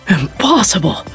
Impossible